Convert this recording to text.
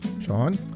Sean